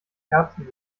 kerzen